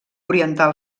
oriental